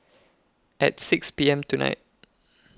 At six P M tonight